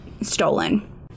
stolen